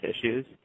issues